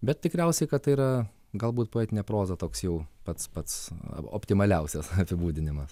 bet tikriausiai tai yra galbūt poetinė proza toks jau pats pats optimaliausias apibūdinimas